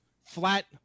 flat